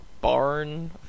barn